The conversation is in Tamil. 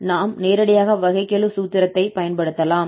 இருப்பினும் எனவே நாம் நேரடியாக வகைக்கெழு சூத்திரத்தைப் பயன்படுத்தலாம்